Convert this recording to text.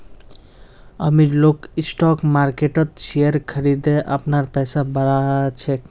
अमीर लोग स्टॉक मार्किटत शेयर खरिदे अपनार पैसा बढ़ा छेक